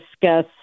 discuss